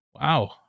Wow